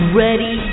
ready